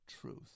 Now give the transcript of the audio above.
truth